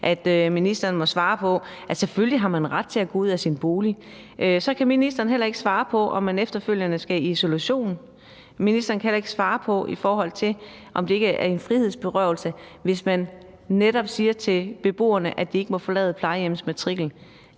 at ministeren må svare på, at man selvfølgelig har ret til at gå ud af sin bolig. Så kan ministeren heller ikke svare på, om man efterfølgende skal i isolation, og ministeren kan heller ikke svare på, om det ikke er en frihedsberøvelse, hvis man netop siger til beboerne, at de ikke må forlade plejehjemmets